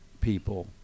people